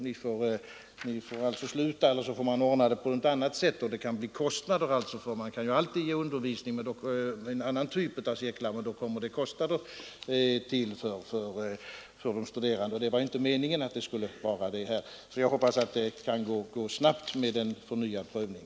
Ni får alltså sluta, eller också får vi ordna det på annat sätt.” Man kan ju alltid ge undervisning med en annan typ av cirklar, men då tillkommer kostnader för de studerande, och det var inte meningen. Ännu en gång tackar jag för svaret och hoppas att det skall gå snabbt med en förnyad prövning.